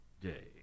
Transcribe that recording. Day